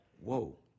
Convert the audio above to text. whoa